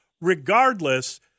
Regardless